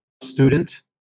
student